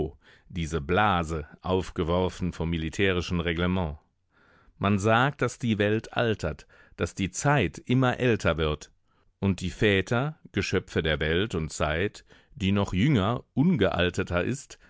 diese blase aufgeworfen vom militärischen reglement man sagt daß die welt altert daß die zeit immer älter wird und die väter geschöpfe der welt und zeit die noch jünger ungealterter ist